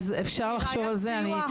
אפשר לחשוב על זה.